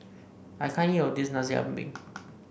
I can't eat all of this Nasi Ambeng